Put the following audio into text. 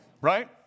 Right